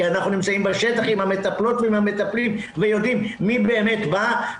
כי אנחנו נמצאים בשטח עם המטפלות והמטפלים ויודעים מי באמת בא,